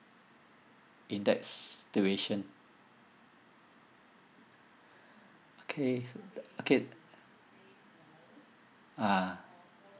in that situation okay so the okay ah